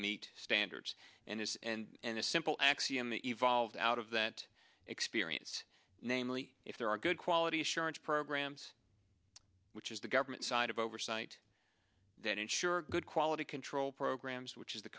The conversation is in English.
meet standards and is and a simple axiom evolved out of that experience namely if there are good quality assurance programs which is the government side of oversight that ensure good quality control programs which is the